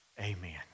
Amen